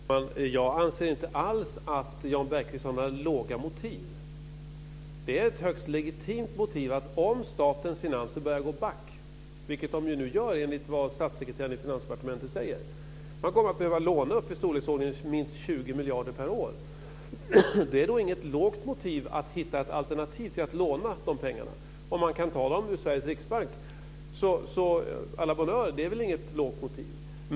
Fru talman! Jag anser inte alls att Jan Bergqvist har några låga motiv. Om statens finanser börjar gå back, vilket de nu gör enligt vad statssekreteraren i Finansdepartementet säger, är det ett högst legitimt motiv att låna i storleksordningen minst 20 miljarder per år. Det är då inget lågt motiv att hitta ett alternativ till att låna dessa pengar. Om man kan ta dem ur Sveriges riksbank, så à la bonne heure - det är väl inget lågt motiv.